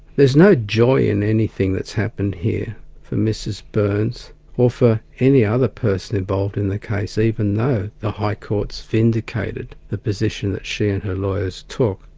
there's no joy in anything that's happened here for mrs byrnes or for any other person involved in the case, even though the high court's vindicated the position that she and her lawyers took.